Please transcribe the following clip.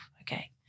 Okay